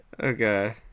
Okay